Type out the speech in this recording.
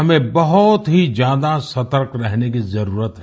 हमें बहुत ही ज्या दा सतर्क रहने की जरूरत है